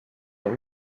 dans